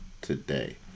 today